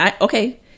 Okay